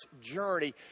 journey